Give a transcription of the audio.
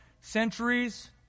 centuries